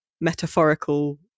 metaphorical